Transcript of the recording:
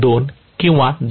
2 किंवा 2